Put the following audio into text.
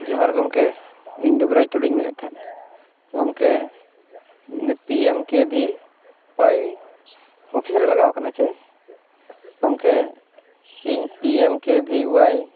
ᱡᱚᱦᱟᱨ ᱜᱚᱢᱠᱮ ᱤᱧ ᱫᱩᱵᱨᱟᱡᱽ ᱴᱩᱰᱩᱧ ᱢᱮᱱᱮᱜ ᱛᱟᱦᱮᱸᱫ ᱜᱚᱢᱠᱮ ᱯᱤ ᱮᱢ ᱠᱮ ᱵᱷᱤ ᱚᱣᱟᱭ ᱚᱯᱷᱤᱥ ᱨᱮ ᱞᱟᱜᱟᱣ ᱠᱟᱱᱟ ᱪᱮ ᱜᱚᱢᱠᱮ ᱤᱧ ᱯᱤ ᱮᱢ ᱠᱮ ᱵᱷᱤ ᱚᱣᱟᱭ